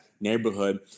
neighborhood